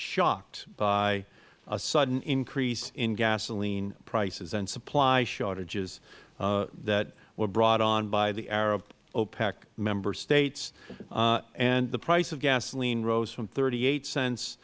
shocked by a sudden increase in gasoline prices and supply shortage that were brought on by the arab opec member states and the price of the gasoline rose from thirty eight cents